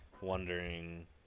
wondering